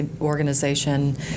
organization